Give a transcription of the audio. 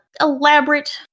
elaborate